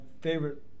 favorite